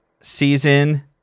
season